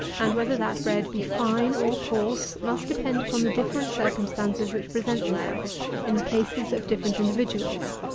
and whether that bread be fine or coarse must depend upon the different circumstances which present themselves in the cases of different individuals.